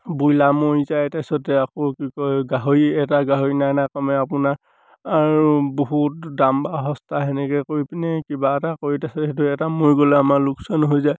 broiler মৰি যায় তাৰপিছতে আকৌ কি কয় গাহৰি এটা গাহৰি নাই নাই ক'মেও আপোনাৰ আৰু বহুত দাম বা সস্তা সেনেকৈ কৰি পিনে কিবা এটা কৰি তাৰপিছত সেইটো এটা মৰি গ'লে আমাৰ লোকচান হৈ যায়